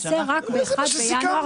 ככל שיהיה אפשר לשפר את התהליך,